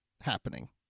happening